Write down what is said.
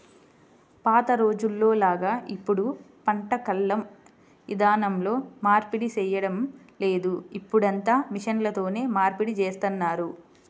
పాత రోజుల్లోలాగా ఇప్పుడు పంట కల్లం ఇదానంలో నూర్పిడి చేయడం లేదు, ఇప్పుడంతా మిషన్లతోనే నూర్పిడి జేత్తన్నారు